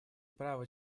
права